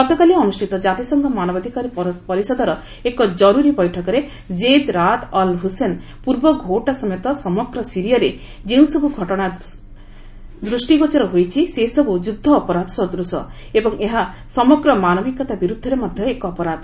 ଗତକାଲି ଅନୁଷ୍ଠିତ କ୍ଷାତିସଂଘ ମାନବାଧିକାର ପରିଷଦର ଏକ ଜରୁରୀ ବୈଠକରେ କ୍ଜେଦ୍ ରାଆଦ୍ ଅଲ୍ ହୁସେନ୍ ପୂର୍ବ ଘୋଉଟା ସମେତ ସମଗ୍ର ସିରିଆରେ ଯେଉଁସବୁ ଘଟଣା ସୃଷ୍ଟି ଗୋଚର ହୋଇଛି ସେସବୁ ଯୁଦ୍ଧ ଅପରାଧ ସଦୂଶ ଏବଂ ଏହା ସମଗ୍ର ମାନବିକତା ବିରୁଦ୍ଧରେ ମଧ୍ୟ ଏକ ଅପରାଧ